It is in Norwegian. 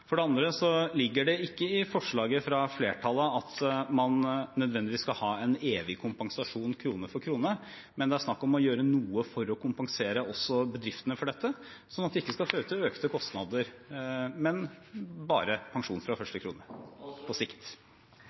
andre ligger det ikke i forslaget fra flertallet at man nødvendigvis skal ha en evig kompensasjon krone for krone, men det er snakk om å gjøre noe for å kompensere også bedriftene for dette, sånn at det ikke skal føre til økte kostnader, men bare pensjon fra første krone – på sikt.